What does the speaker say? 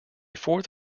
fourth